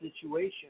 situation